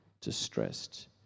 distressed